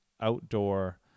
outdoor